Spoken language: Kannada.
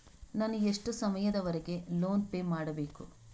ನಾನು ಎಷ್ಟು ಸಮಯದವರೆಗೆ ಲೋನ್ ಪೇ ಮಾಡಬೇಕು?